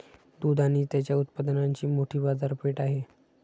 दूध आणि त्याच्या उत्पादनांची मोठी बाजारपेठ आहे